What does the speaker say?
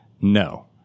No